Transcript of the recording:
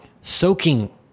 soaking